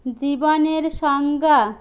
জীবনের সংজ্ঞা